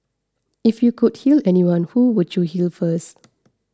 if you could heal anyone who would you heal first